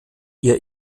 ihr